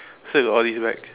still got all this back